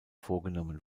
vorgenommen